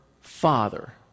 Father